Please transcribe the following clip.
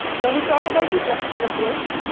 now, we will talk about the cluster approach,